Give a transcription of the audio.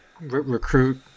recruit